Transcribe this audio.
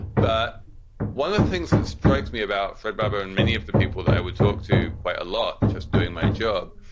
but one of the things that strikes me about fred barber and many of the people that i would talk to quite a lot just doing my job,